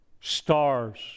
stars